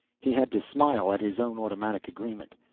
he had to smile at his own automatic agreement.